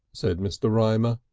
said mr. rymer.